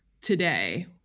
today